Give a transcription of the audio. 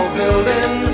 building